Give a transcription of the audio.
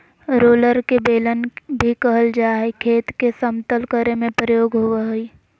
roller के बेलन भी कहल जा हई, खेत के समतल करे में प्रयोग होवअ हई